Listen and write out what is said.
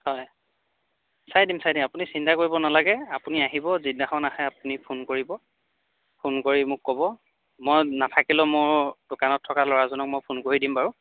হয় চাই দিম চাই দিম আপুনি চিন্তা কৰিব নালাগে আপুনি আহিব যিদিনাখন আহে আপুনি ফোন কৰিব ফোন কৰি মোক ক'ব মই নাথাকিলেও মোৰ দোকানত থকা ল'ৰাজনক মই ফোন কৰি দিম বাৰু